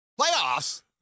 Playoffs